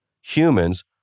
Humans